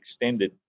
extended